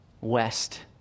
west